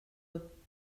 eux